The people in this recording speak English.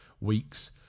weeks